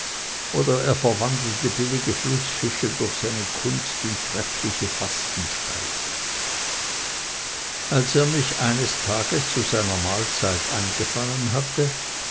oder er verwandelte billige flußfische durch seine kunst in treffliche fastenspeise als er mich eines tages zu seiner mahlzeit eingefangen hatte